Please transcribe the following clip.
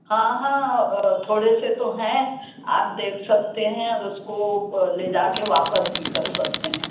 हाँ हाँ थोड़े से तो हैं आप देख सकते हैं और उसको ले जाके वापस भी कर सकते हैं